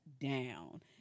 down